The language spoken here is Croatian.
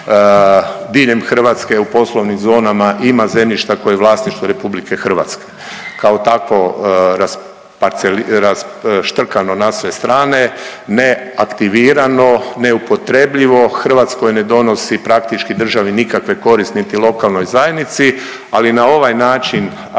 Hrvatske u poslovnim zonama ima zemljišta koje je vlasništvo Republike Hrvatske. Kao takvo raštrkano na sve strane, ne aktivirano, ne upotrebljivo. Hrvatskoj ne donosi praktički državi nikakve koristi niti lokalnoj zajednici, ali na ovaj način evo